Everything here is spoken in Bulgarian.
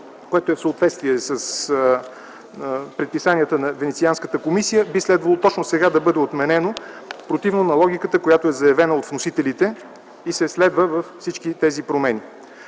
което е в съответствие с предписанията на Венецианската комисия, би следвало точно сега да бъде отменено, противно на логиката, която е заявена от служителите и се следва във всички тези промени.